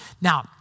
Now